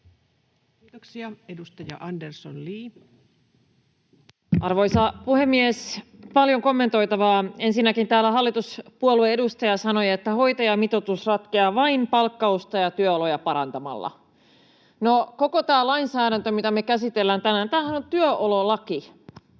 muuttamisesta Time: 17:51 Content: Arvoisa puhemies! Paljon kommentoitavaa. Ensinnäkin täällä hallituspuolueen edustaja sanoi, että hoitajamitoitus ratkeaa vain palkkausta ja työoloja parantamalla. No, koko tämä lainsäädäntöhän, mitä me käsitellään tänään, on työololaki.